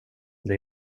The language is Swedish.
det